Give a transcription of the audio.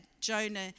Jonah